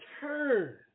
turn